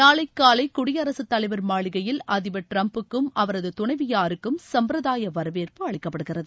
நாளை காலை குடியரசுத் தலைவர் மாளிகையில் அதிபர் டிரம்ப்புக்கும் அவரது துணைவியாருக்கும் சம்பிரதாய வரவேற்பு அளிக்கப்படுகிறது